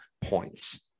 points